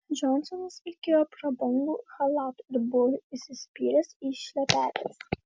džonsonas vilkėjo prabangiu chalatu ir buvo įsispyręs į šlepetes